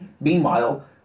Meanwhile